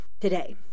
today